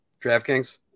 DraftKings